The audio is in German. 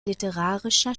literarischer